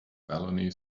baloney